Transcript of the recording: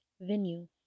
venue